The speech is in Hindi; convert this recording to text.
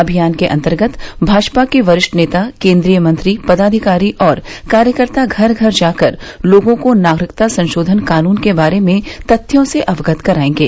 अभियान के अंतर्गत भाजपा के वरिष्ठ नेता केंद्रीय मंत्री पदाधिकारी और कार्यकर्ता घर घर जाकर लोगों को नागरिकता संशोधन कानून के बारे में तथ्यों से अवगत कराएंगे